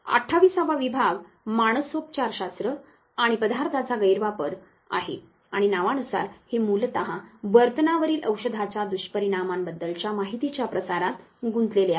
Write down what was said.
28 वा विभाग मानसोपचारशास्त्र आणि पदार्थाचा गैरवापर आहे आणि नावानुसार हे मूलतः वर्तनावरील औषधाच्या दुष्परिणामांबद्दलच्या माहितीच्या प्रसारात गुंतलेले आहे